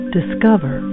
Discover